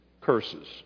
Curses